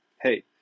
Hey